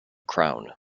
crown